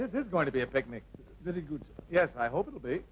this is going to be a picnic that is good yes i hope it'll be